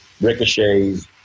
ricochets